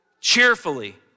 cheerfully